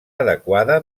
adequada